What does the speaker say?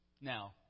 Now